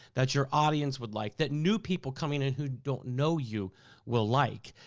that your audience would like, that new people coming in who don't know you will like,